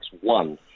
one